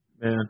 Man